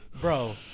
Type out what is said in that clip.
Bro